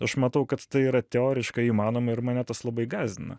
aš matau kad tai yra teoriškai įmanoma ir mane tas labai gąsdina